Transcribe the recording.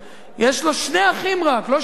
יש לו רק שני אחים ולא שמונה,